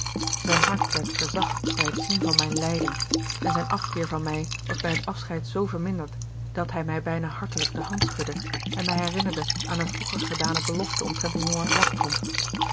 zijn hart werd verzacht bij het zien van mijn lijden en zijn afkeer van mij was bij het afscheid zoo verminderd dat hij mij bijna hartelijk de hand schudde en mij herinnerde aan een vroeger gedane belofte omtrent een jongen